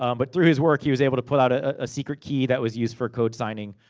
um but, through his work, he was able to put out a ah secret key that was used for code signing.